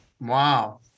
Wow